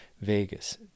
vegas